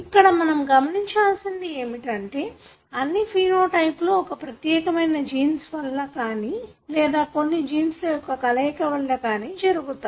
ఇక్కడ మనము గమనించాల్సింది ఏమంటే అన్ని ఫీనో టైపులు ఒక ప్రత్యేకమైన జీన్స్ వల్ల కానీ లేదా కొన్ని జీన్స్ ల యొక్క కలయిక వల్ల కానీ జరుగుతాయి